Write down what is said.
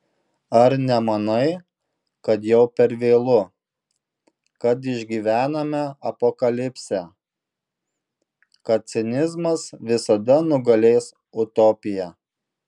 ar nemanai kad jau per vėlu kad išgyvename apokalipsę kad cinizmas visada nugalės utopiją